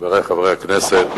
חברי חברי הכנסת,